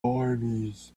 armies